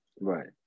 Right